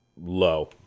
low